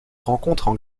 rencontrent